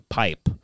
pipe